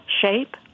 shape